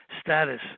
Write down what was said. status